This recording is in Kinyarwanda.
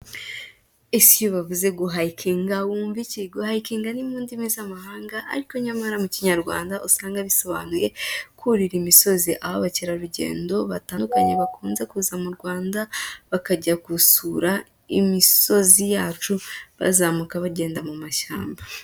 Ese iyo bavuze guhayikinga wumva iki? Guhayikinga ni mu ndimi z'amahanga ariko nyamara mu kinyarwanda usanga bisobanuye kurira imisozi, aho abakerarugendo batandukanye bakunze kuza mu Rwanda bakajya gusura imisozi yacu, bazamuka bagenda mu mashyamba.